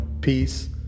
peace